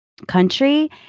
Country